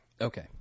Okay